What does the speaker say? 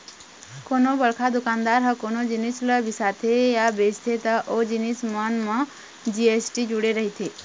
कोनो बड़का दुकानदार ह कोनो जिनिस ल बिसाथे या बेचथे त ओ जिनिस मन म जी.एस.टी जुड़े रहिथे